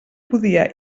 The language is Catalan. podia